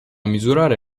misurare